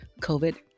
covid